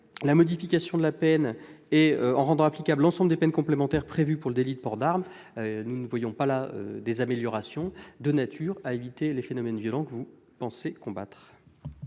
la modification de la peine et l'application des peines complémentaires prévues pour le délit de port d'arme ne sont pas, à nos yeux, des améliorations de nature à éviter les phénomènes violents que vous pensez combattre.